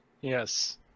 Yes